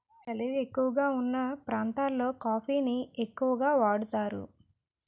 సలి ఎక్కువగావున్న ప్రాంతాలలో కాఫీ ని ఎక్కువగా వాడుతారు